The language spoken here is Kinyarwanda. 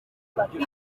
harimo